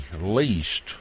least